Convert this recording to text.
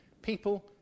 people